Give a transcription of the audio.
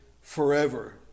forever